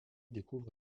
découvre